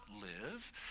live